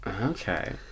Okay